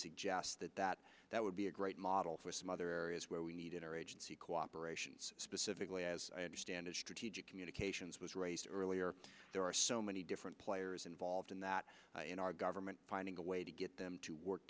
suggest that that that would be a great model for some other areas where we needed our agency cooperation specifically as i understand it strategic communications was raised earlier there are so many different players involved in that in our government finding a way to get them to work